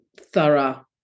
thorough